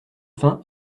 faim